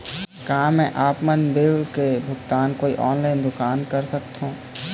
का मैं आपमन बिल के भुगतान कोई ऑनलाइन दुकान कर सकथों?